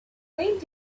went